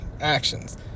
actions